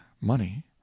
money